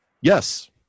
Yes